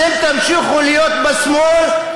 אתם תמשיכו להיות בשמאל,